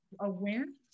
awareness